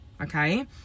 okay